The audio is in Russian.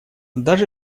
даже